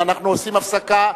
אנחנו עושים הפסקה,